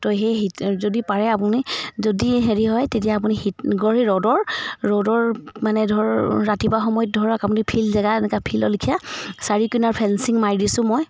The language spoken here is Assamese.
তো সেই হ যদি পাৰে আপুনি যদি হেৰি হয় তেতিয়া আপুনি হ ৰ'দৰ ৰ'দৰ মানে ধৰ ৰাতিপুৱা সময়ত ধৰক আপুনি ফিল্ড জেগা এনেকৈ ফিল্ডৰ লেখীয়া চাৰি কোণাৰ ফেঞ্চিং মাৰি দিছোঁ মই